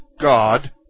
God